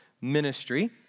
Ministry